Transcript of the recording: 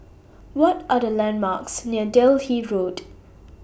What Are The landmarks near Delhi Road